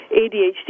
ADHD